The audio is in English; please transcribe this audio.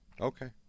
Okay